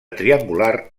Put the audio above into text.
triangular